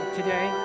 today